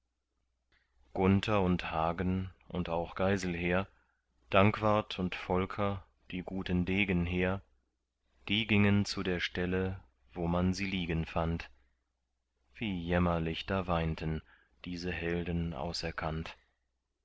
gunther und hagen und auch geiselher dankwart und volker die guten degen hehr die gingen zu der stelle wo man sie liegen fand wie jämmerlich da weinten diese helden auserkannt